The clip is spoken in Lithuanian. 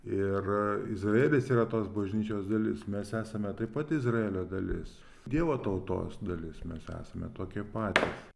ir izraelis yra tos bažnyčios dalis mes esame taip pat izraelio dalis dievo tautos dalis mes esame tokie patys